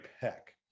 Peck